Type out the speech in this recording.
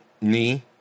knee